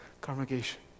congregation